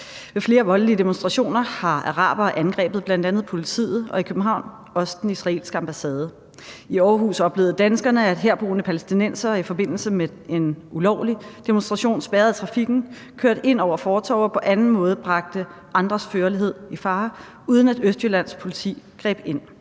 Ved flere voldelige demonstrationer har arabere angrebet bl.a. politiet og i København også den israelske ambassade. I Aarhus oplevede danskerne, at herboende palæstinensere i forbindelse med en ulovlig demonstration spærrede trafikken, kørte ind over fortove og på anden måde bragte andres førlighed i fare, uden at Østjyllands Politi greb ind.